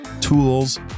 tools